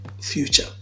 future